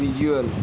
visual